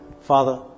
Father